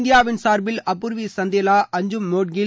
இந்தியாவின் சார்பில் அபூர்வி சண்டேலா அஞ்சும் மோட்கில்